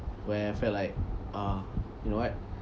where I felt like ah you know what